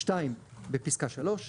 בפסקה (3),